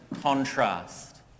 contrast